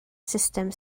sustem